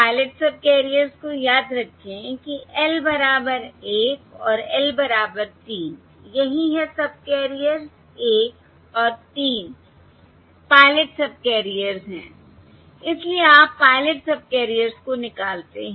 pilot subcarriers को याद रखें कि L बराबर 1 और L बराबर 3 यही है सबकैरियर्स 1 और 3 पायलट सबकैरियर्स हैं इसलिए आप पायलट सबकैरियर्स को निकालते हैं